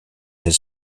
his